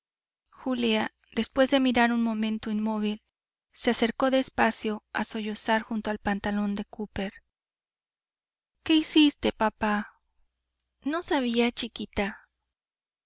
julia después de mirar un momento inmóvil se acercó despacio a sollozar junto al pantalón de cooper qué hiciste papá no sabía chiquita